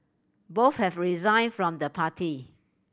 both have resigned from the party